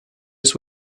its